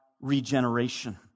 regeneration